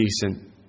decent